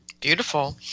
Beautiful